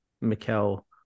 Mikel